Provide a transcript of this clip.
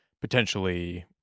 potentially